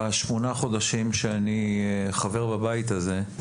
בשמונה חודשים שאני חבר בבית הזה,